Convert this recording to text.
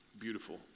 beautiful